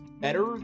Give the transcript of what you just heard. better